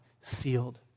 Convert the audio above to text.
sealed